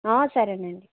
సరేనండి